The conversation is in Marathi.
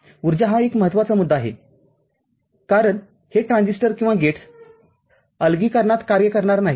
उर्जा हा एक महत्त्वाचा मुद्दा आहे कारणहे ट्रान्झिस्टर किंवा गेट्स अलगीकरणात कार्य करणार नाहीत